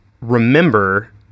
remember